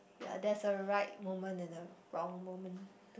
ya there's a right moment and a wrong moment